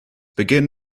begin